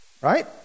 right